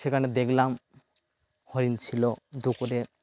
সেখানে দেখলাম হরিণ ছিল দুপুরে